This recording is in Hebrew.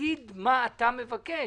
תגיד מה אתה מבקש.